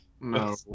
No